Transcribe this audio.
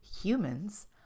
humans